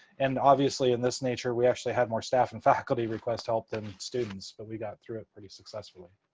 and obviously, in this nature, we actually had more staff and faculty request help than students. but we got through it pretty successfully.